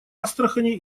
астрахани